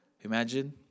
Imagine